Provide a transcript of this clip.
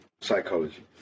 Psychology